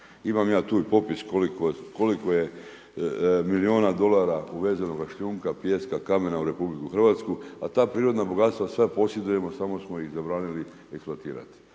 Imam ja tu i popis koliko je milijuna dolara uveznoga šljunka, pijeska, kamena u RH, a ta prirodna bogatstva sve posjedujemo samo smo ih zabranili implementirati.